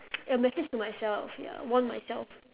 a message to myself ya warn myself